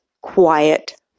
quiet